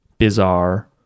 Bizarre